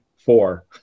Four